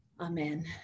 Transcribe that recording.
Amen